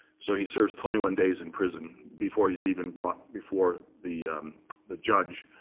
so he serves twenty one days in prison, before he's even brought before the the judge.